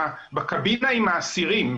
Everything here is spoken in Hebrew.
ההסעה בקבינה עם האסירים.